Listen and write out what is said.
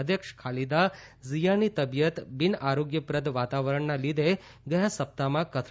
અધ્યક્ષ ખાલીદા ઝીયાની તબીયત બિન આરોગ્યપ્રદ વાતાવરણના લીધે ગયા સપ્તાહમાં કથળી છે